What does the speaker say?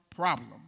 problem